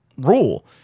rule